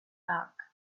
back